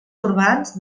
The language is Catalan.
urbans